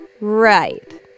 Right